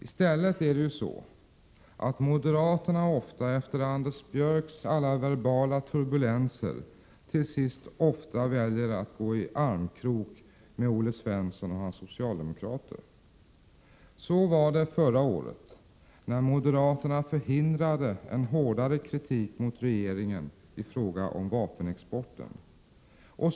I stället är det ju så att moderaterna ofta efter Anders Björcks alla verbala turbulenser till sist väljer att gå i armkrok med Olle Svensson och hans socialdemokrater. Så var det förra året när moderaterna förhindrade en hårdare kritik mot regeringen i fråga om vapenexporten.